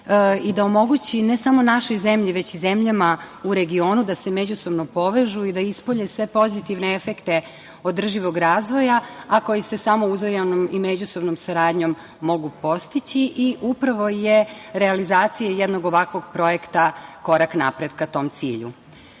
i da omogući ne samo našoj zemlji, već i zemljama u regionu, da se međusobno povežu i da ispolje sve pozitivne efekte održivog razvoja, a koji se samo uzajamnom i međusobnom saradnjom mogu postići i upravo je realizacija jednog ovakvog projekta korak napred ka tom